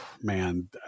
Man